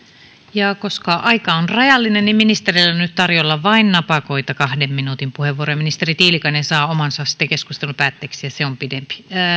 ja koska aika on rajallinen ministereille on nyt tarjolla vain napakoita kahden minuutin puheenvuoroja ministeri tiilikainen saa omansa sitten keskustelun päätteeksi ja se on pidempi